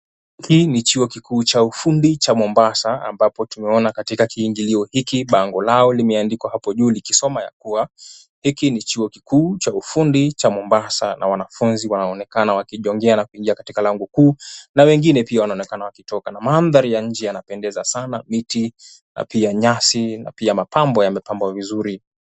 Hii ni chuo kikuu cha ufundi cha Mombasa ambapo tunaona katika kiingilio hiki lango lao limeandikwa hapo juu likisoma ya kuwa, hiki ni chuo kikuu cha ufundi cha Mombasa na wanafunzi wanaonekana kuingia kwenye lango kuu na wengine pia wanaonekana wakitoka na mandhari ya nje yanapendeza sana. Miti na pia nyasi na pia mapambo yamepambwa vizuri.